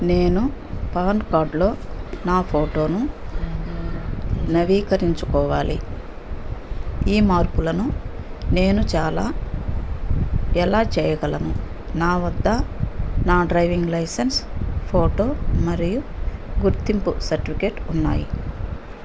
నేను పాన్ కార్డ్లో నా ఫోటోను నవీకరించుకోవాలి ఈ మార్పులను నేను చాలా ఎలా చేయగలను నా వద్ద నా డ్రైవింగ్ లైసెన్స్ ఫోటో మరియు గుర్తింపు సర్టిఫికేట్ ఉన్నాయి